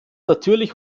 natürlich